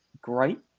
great